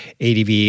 ADV